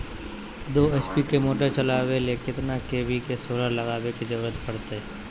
दो एच.पी के मोटर चलावे ले कितना के.वी के सोलर लगावे के जरूरत पड़ते?